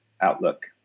outlook